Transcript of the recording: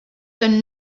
done